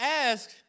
ask